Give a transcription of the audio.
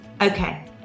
okay